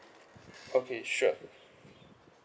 okay sure